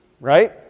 right